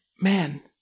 man